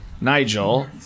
Nigel